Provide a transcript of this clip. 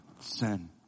sin